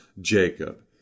Jacob